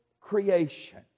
creation